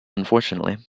unfortunately